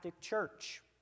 Church